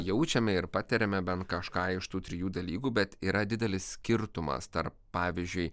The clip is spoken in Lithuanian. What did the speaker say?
jaučiame ir patiriame bent kažką iš tų trijų dalykų bet yra didelis skirtumas tarp pavyzdžiui